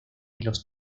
los